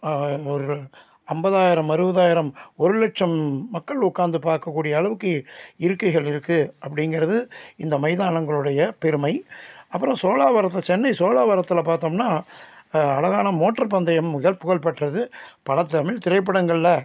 ஒரு ஐம்பதாயிரம் அறுபதாயிரம் ஒரு லட்சம் மக்கள் உட்காந்து பார்க்கக்கூடிய அளவுக்கு இருக்கைகள் இருக்குது அப்படிங்கிறது இந்த மைதானங்களுடைய பெருமை அப்புறம் சோழாவரத்தை சென்னை சோழாவரத்தில் பார்த்தோம்னா அழகான மோட்ரு பந்தயம் மிக புகழ் பெற்றது பல தமிழ் திரைப்படங்களில்